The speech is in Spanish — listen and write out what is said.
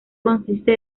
consiste